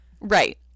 Right